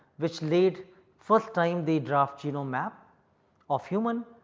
which lead first time they draft genome map of human.